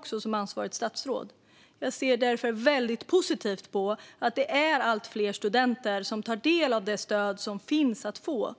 och som ansvarigt statsråd. Jag ser därför väldigt positivt på att det är allt fler studenter som tar del av det stöd som finns att få.